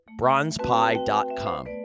BronzePie.com